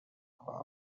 حالم